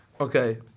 Okay